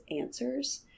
answers